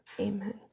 amen